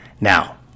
Now